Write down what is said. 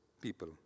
people